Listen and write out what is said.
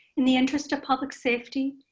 and the interest of public safety,